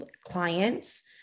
clients